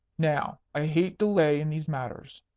now, i hate delay in these matters.